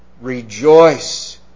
rejoice